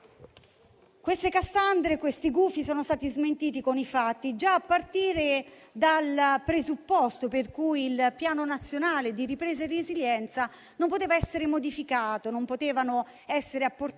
Queste cassandre e questi gufi sono stati smentiti con i fatti, già a partire dal presupposto per cui il Piano nazionale di ripresa e resilienza non poteva essere modificato, per cui non potevano essere apportati